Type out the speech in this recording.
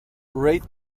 rate